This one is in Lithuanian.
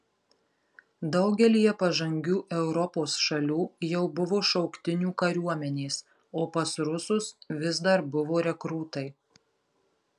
daugelyje pažangių europos šalių jau buvo šauktinių kariuomenės o pas rusus vis dar buvo rekrūtai